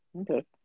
okay